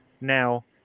Now